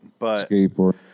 Skateboard